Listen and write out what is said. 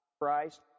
christ